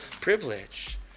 privilege